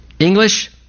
English